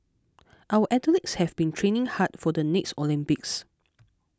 our athletes have been training hard for the next Olympics